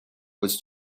was